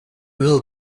will